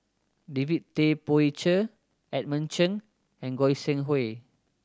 David Tay Poey Cher Edmund Cheng and Goi Seng Hui